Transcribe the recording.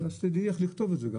שתדעי גם איך לכתוב את זה.